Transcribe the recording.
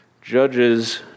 Judges